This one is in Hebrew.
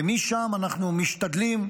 ומשם אנחנו משתדלים,